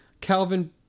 Calvin